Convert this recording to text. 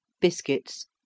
biscuits